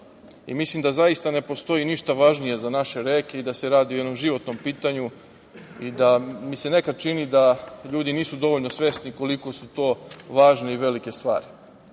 da zaista ne postoji ništa važnije za naše reke i da se radi o jednom životnom pitanju i da mi se nekad čini da ljudi nisu dovoljno svesni koliko su to važne i velike stvari. Vi